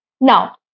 Now